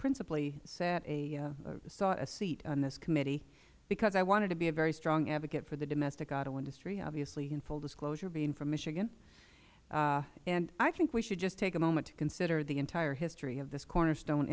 principally sought a seat on this committee because i wanted to be a very strong advocate for the domestic auto industry obviously in full disclosure being from michigan i think we should take a moment to consider the entire history of this cornerstone